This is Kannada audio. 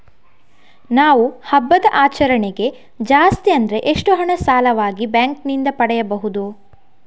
ನಾವು ಹಬ್ಬದ ಆಚರಣೆಗೆ ಜಾಸ್ತಿ ಅಂದ್ರೆ ಎಷ್ಟು ಹಣ ಸಾಲವಾಗಿ ಬ್ಯಾಂಕ್ ನಿಂದ ಪಡೆಯಬಹುದು?